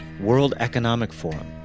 world economic forum,